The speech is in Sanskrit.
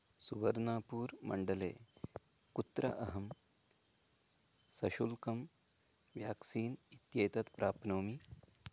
सुवर्णापूर् मण्डले कुत्र अहं सशुल्कं व्याक्सीन् इत्येतत् प्राप्नोमि